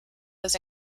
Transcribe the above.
was